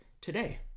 today